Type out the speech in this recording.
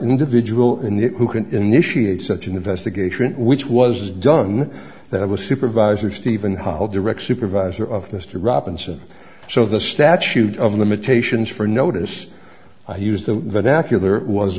individual in the who can initiate such an investigation which was done that was supervisor stephen hall direct supervisor of mr robinson so the statute of limitations for notice i use the vernacular was